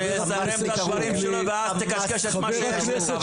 שיסיים את הדברים שלו ואז תקשקש את מה שיש לך.